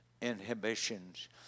inhibitions